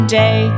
day